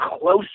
close